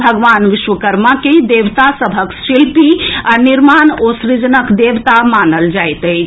भगवान विश्वकर्मा के देवता सभक शिल्पी आ निर्माण ओ सृजनक देवता मानल जाइत अछि